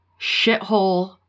shithole